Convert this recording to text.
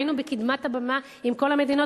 היינו בקדמת הבמה עם כל המדינות.